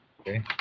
Okay